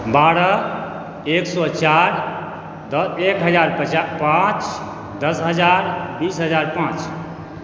बारह एक सए चारि एक हजार पचास पाँच दस हज़ार बीस हज़ार पाँच